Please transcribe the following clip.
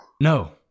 No